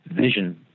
vision